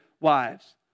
wives